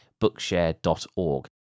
Bookshare.org